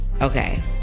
Okay